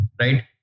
Right